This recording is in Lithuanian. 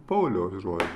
pauliaus žodžiai